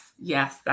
yes